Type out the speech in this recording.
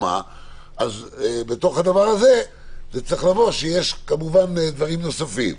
בתוך הדבר הזה צריכים לבוא דברים נוספים.